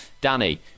Danny